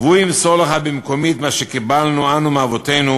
והוא ימסור לך במקומי את מה שקיבלנו אנו מאבותינו,